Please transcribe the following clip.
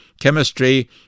Chemistry